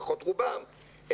לפחות רובם,